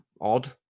Odd